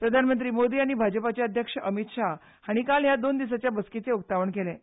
प्रधानमंत्री मोदी आनी भाजपाचे अध्यक्ष अमित शाह हांणी काल ह्या दोन दिसांच्या बसकेचें उकतावण केलें